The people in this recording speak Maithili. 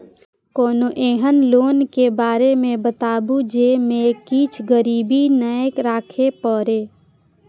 कोनो एहन लोन के बारे मे बताबु जे मे किछ गीरबी नय राखे परे?